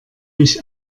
mich